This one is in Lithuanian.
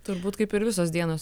turbūt kaip ir visos dienos